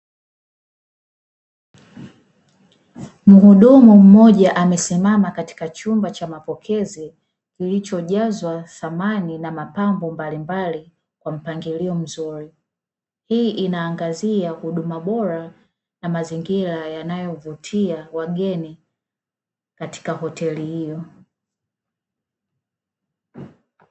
Mhudumu mmoja amesimama katika chumba cha mapokezi kilichojazwa samani na mapambo mbalimbali kwa mpangilio mzuri, hii ina angazia huduma bora na mazingira yanayovutia wageni katika hoteli hiyo.